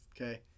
Okay